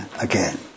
again